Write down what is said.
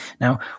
Now